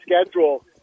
schedule